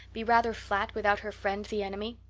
be rather flat without her friend the enemy?